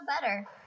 better